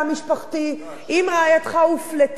אם רעייתך הופלתה על הרקע הזה,